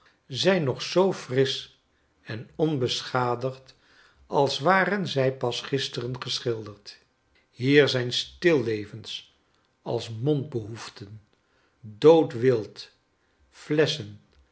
zijn nog zoo frisch en onbeschadigd als waren zy pas gisteren geschilderd hier zijn stillevens als mondbehoeften dood wild flesschen